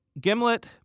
Gimlet